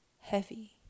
heavy